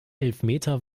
elfmeter